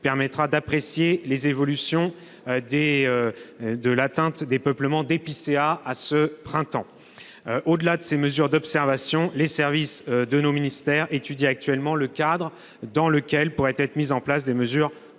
permettra d'apprécier les évolutions de l'atteinte des peuplements d'épicéa au début du printemps. Au-delà de ces mesures d'observation, les services de nos ministères étudient actuellement le cadre dans lequel pourraient être mises en place des mesures